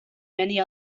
many